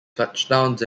touchdowns